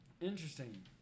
Interesting